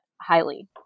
highly